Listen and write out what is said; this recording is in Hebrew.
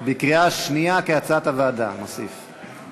בקריאה שנייה, כהצעת הוועדה, נוסיף.